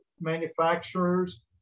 manufacturers